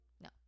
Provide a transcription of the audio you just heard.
No